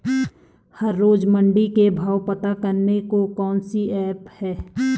हर रोज़ मंडी के भाव पता करने को कौन सी ऐप है?